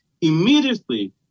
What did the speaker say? immediately